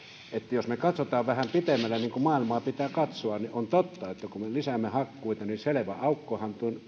jos me katsomme vähän pitemmälle niin kuin maailmaa pitää katsoa on totta että kun me lisäämme hakkuita niin selvä aukko